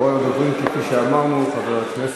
אחרון הדוברים, כפי שאמרנו, הוא חבר הכנסת